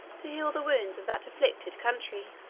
to heal the wounds of that afflicted country.